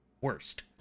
worst